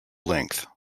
length